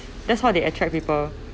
that's how they attract people